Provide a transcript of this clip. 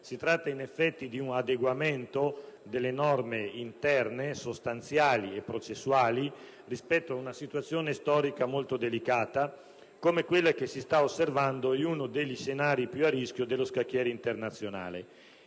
Si tratta, in effetti, di un adeguamento delle norme interne, sostanziali e processuali, ad una situazione storica molto delicata come quella che si sta osservando in uno degli scenari più a rischio dello scacchiere internazionale.